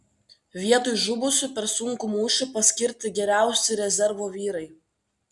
vietoj žuvusių per sunkų mūšį paskirti geriausi rezervo vyrai